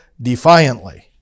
defiantly